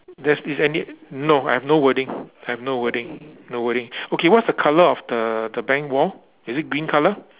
there's is any no I've no wording I've no wording no wording okay what's the colour of the the bank wall is it green colour